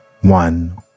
one